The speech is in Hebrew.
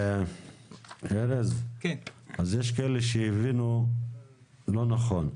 -- ארז, אז יש כאלה שהבינו לא נכון.